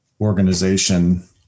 organization